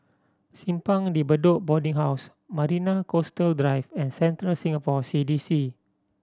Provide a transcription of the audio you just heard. Simpang De Bedok Boarding House Marina Coastal Drive and Central Singapore C D C